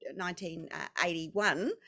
1981